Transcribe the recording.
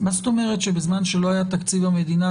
מה זאת אומרת שבזמן שלא היה תקציב המדינה,